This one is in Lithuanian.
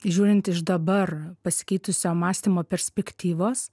žiūrint iš dabar pasikeitusio mąstymo perspektyvos